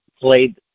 played